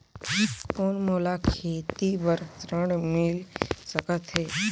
कौन मोला खेती बर ऋण मिल सकत है?